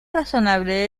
razonable